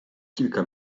kilka